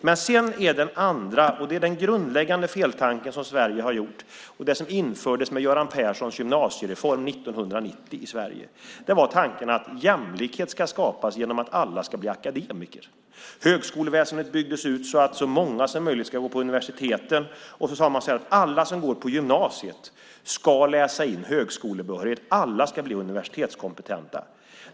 Sedan är det den andra orsaken. Det är den grundläggande feltanken som Sverige hade och det som infördes med Göran Perssons gymnasiereform 1990 i Sverige. Det var tanken att jämlikhet skulle skapas genom att alla skulle bli akademiker. Högskoleväsendet byggdes ut så att så många som möjligt skulle gå på universiteten, och så sade man: Alla som går på gymnasiet ska läsa in högskolebehörighet. Alla ska bli universitetskompetenta.